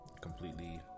completely